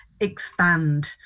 expand